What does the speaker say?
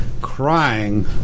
crying